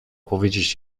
powiedzieć